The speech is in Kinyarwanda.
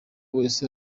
wese